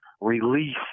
release